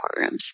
courtrooms